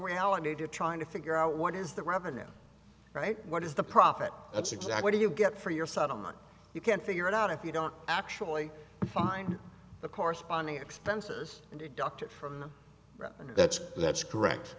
reality to trying to figure out what is the revenue right what is the profit that's exactly do you get for your settlement you can't figure it out if you don't actually find the corresponding expenses and a doctor from them and that's that's correct